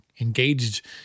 engaged